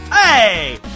Hey